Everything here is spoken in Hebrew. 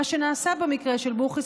מה שנעשה במקרה של בוכריס,